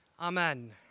Amen